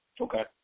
Okay